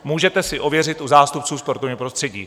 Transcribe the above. Můžete si ověřit u zástupců sportovního prostředí.